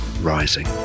rising